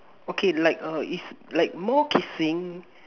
okay like err is like more kissing